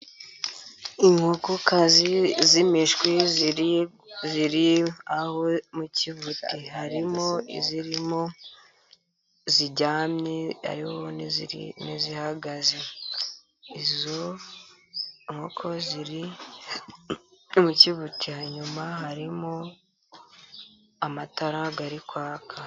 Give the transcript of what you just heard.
Inkokokazi z'imishwi ziri aho zororerwa mu kibuti harimo izirimo ziryamye harimo n'izihagaze, izo nkoko ziri mu kibuti cyazo nyuma harimo amatara ari kwaka.